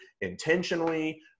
intentionally